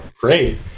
Great